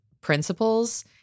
principles